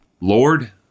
Lord